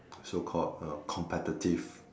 so called uh competitive